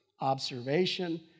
observation